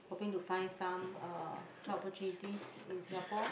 hoping to find some uh job opportunities in Singapore